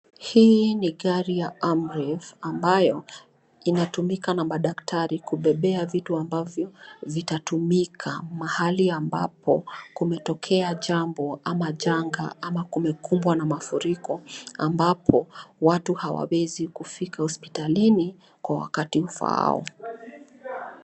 Hii ni gari ya amref amabayo inatumika na madaktari kubebea vitu ambavyo vitatumika mahali amabapo kumetokea jambo ama janga ama kumekumbwa na mafuriko amabapo watu hawawezi kufika hospitalini kwa wakati ufaao.